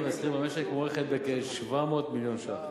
והשכירים במשק מוערכת בכ-700 מיליון שקלים.